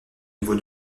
niveau